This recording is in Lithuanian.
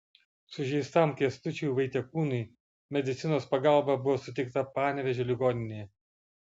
sužeistam kęstučiui vaitiekūnui medicinos pagalba buvo suteikta panevėžio ligoninėje